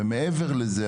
ומעבר לזה,